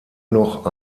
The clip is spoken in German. noch